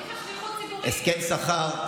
הסכם שכר,